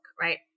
right